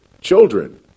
Children